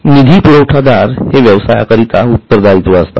निधी पुरवठादार हे व्यायसायाकरिता उत्तरदायित्व असतात